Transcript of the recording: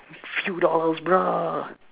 few dollars bruh